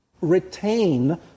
retain